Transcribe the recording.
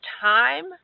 time